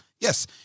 yes